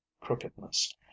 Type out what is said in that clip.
crookedness